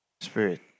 spirit